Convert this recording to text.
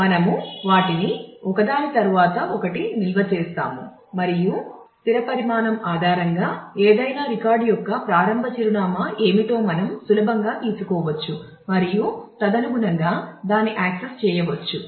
మనము వాటిని ఒకదాని తరువాత ఒకటి నిల్వ చేస్తాము మరియు స్థిర పరిమాణం ఆధారంగా ఏదైనా రికార్డ్ యొక్క ప్రారంభ చిరునామా ఏమిటో మనం సులభంగా తెలుసుకోవచ్చు మరియు తదనుగుణంగా దాన్ని యాక్సెస్ చేయవచ్చు